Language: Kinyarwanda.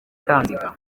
kanziga